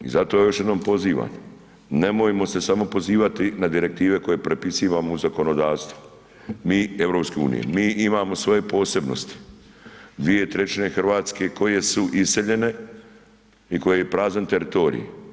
I zato još jednom pozivam, nemojmo se samo pozivati na direktive koje prepisivamo u zakonodavstvo, mi, EU, mi imamo svoje posebnosti, 2/3 Hrvatske koje su iseljene i koje je prazan teritorij.